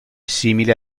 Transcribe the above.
simile